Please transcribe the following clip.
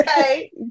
okay